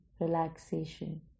relaxation